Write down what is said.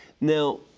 Now